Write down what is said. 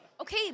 Okay